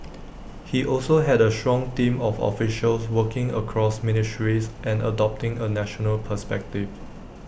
he also had A strong team of officials working across ministries and adopting A national perspective